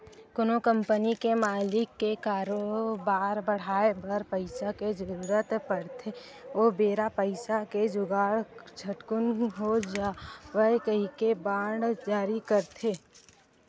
कोनो कंपनी के मालिक ल करोबार बड़हाय बर पइसा के जरुरत रहिथे ओ बेरा पइसा के जुगाड़ झटकून हो जावय कहिके बांड जारी करथे